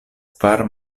kvar